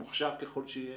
מוכשר ככל שיהיה,